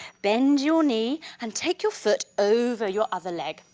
bend your knee and take your foot over your other leg.